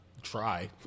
try